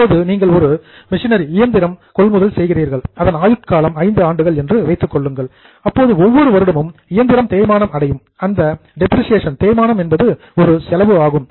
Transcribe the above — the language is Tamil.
இப்போது நீங்கள் ஒரு மிஷினரி இயந்திரம் கொள்முதல் செய்கிறீர்கள் அதன் ஆயுட்காலம் 5 ஆண்டுகள் என்று வைத்துக் கொள்ளுங்கள் அப்போது ஒவ்வொரு வருடமும் இயந்திரம் தேய்மானம் அடையும் அந்த டெப்பிரிசியேஷன் தேய்மானம் என்பது ஒரு செலவு ஆகும்